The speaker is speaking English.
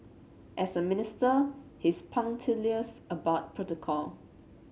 as a minister he's punctilious about protocol